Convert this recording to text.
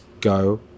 go